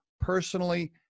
personally